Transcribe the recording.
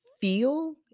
feel